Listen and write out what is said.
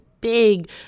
big